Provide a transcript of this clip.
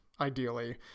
ideally